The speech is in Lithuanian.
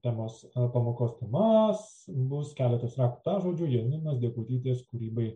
temos ar pamokos tema bus keletas raktažodžių janinos degutytės kūrybai